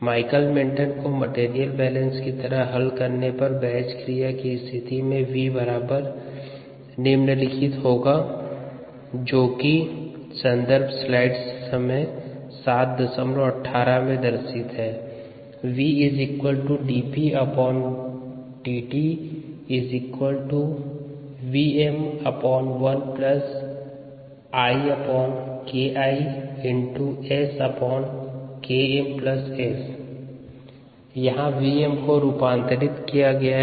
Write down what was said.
Michaelis Menten को material balance की तरह हल करने पर बैच क्रिया की स्थिति में v बराबर निम्नलिखित होगा यहाँ Vm को रूपांतरित किया गया है